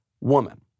woman